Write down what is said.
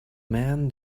man